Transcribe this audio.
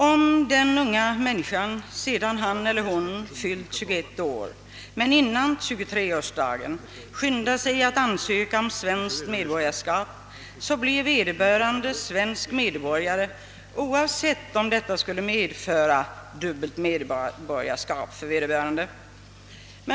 Om den unga människan, sedan han eller hon fyllt 21 år men före 23-årsdagen, skyndar sig att ansöka om svenskt medborgarskap, blir vederbörande svensk medborgare oavsett om detta skulle medföra dubbelt medborgarskap.